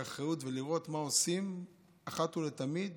אחריות ולראות מה עושים אחת ולתמיד